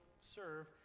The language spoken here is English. serve